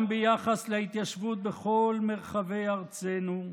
גם ביחס להתיישבות בכל מרחבי ארצנו,